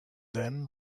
then